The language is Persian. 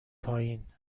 پایین